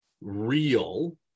real